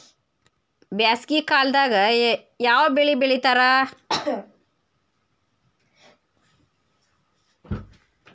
ಬ್ಯಾಸಗಿ ಕಾಲದಾಗ ಯಾವ ಬೆಳಿ ಬೆಳಿತಾರ?